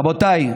רבותיי,